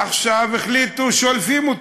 עכשיו החליטו: שולפים אותו,